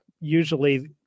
usually